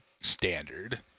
standard